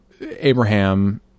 Abraham